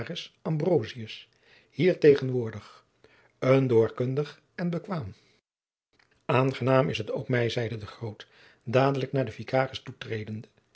hier tegenwoordig een doorkundig en bekwaam aangenaam is het ook mij zeide de groot dadelijk naar den vicaris toetredende